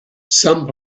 some